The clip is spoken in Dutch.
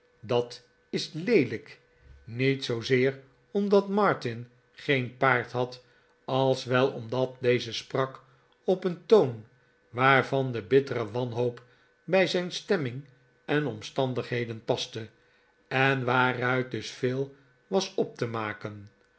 dat is leelijk niet zoozeer omdat martin geen paard had als wel omdat deze sprak op een toon waarvan de bittere wanhoop bij zijn stemming en omstandigheden paste en waaruit dus veel was op te maken